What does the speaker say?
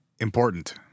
important